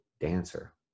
dancer